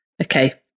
okay